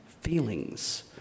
feelings